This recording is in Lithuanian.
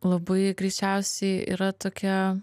labai greičiausiai yra tokia